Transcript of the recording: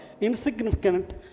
insignificant